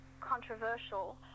controversial